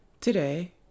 Today